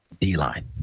D-line